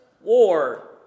war